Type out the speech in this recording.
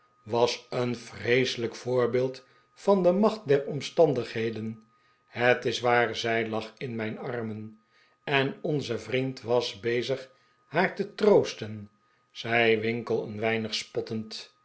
wat een vreeselijk voorbeeld van de macht der omstandigheden het is waar zij lag in mijn armen en onze vriend was bezig haar te troosten zei winkle een weinig spottend